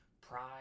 pride